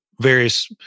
various